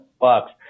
bucks